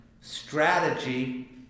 strategy